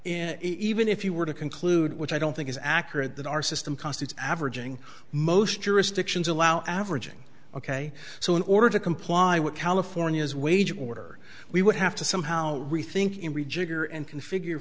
in even if you were to conclude which i don't think is accurate that our system costs averaging most jurisdictions allow averaging ok so in order to comply with california's wage order we would have to somehow rethink it rejigger and configure